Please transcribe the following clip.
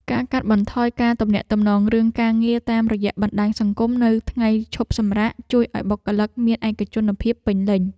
ការកាត់បន្ថយការទំនាក់ទំនងរឿងការងារតាមរយៈបណ្តាញសង្គមនៅថ្ងៃឈប់សម្រាកជួយឱ្យបុគ្គលិកមានឯកជនភាពពេញលេញ។